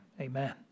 amen